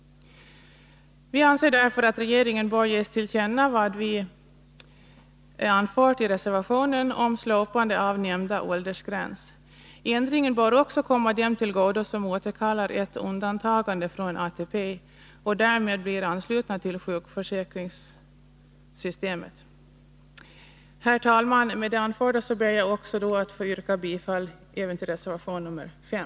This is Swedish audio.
Vi anser därför att regeringen bör ges till känna vad vi anfört i reservationen om slopande av nämnda åldersgräns. Ändringen bör också komma dem till godo som återkallar ett undantagande från ATP och därmed blir anslutna till sjukpenningförsäkringen. Herr talman! Med det anförda ber jag att få yrka bifall även till reservation 5.